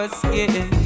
skin